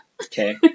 Okay